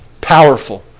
powerful